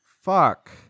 Fuck